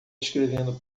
escrevendo